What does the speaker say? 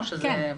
כן.